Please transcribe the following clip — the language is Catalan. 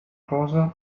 rosa